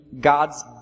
God's